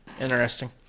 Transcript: interesting